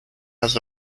has